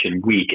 week